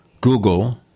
Google